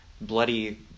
bloody